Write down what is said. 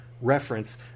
Reference